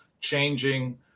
changing